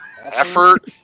effort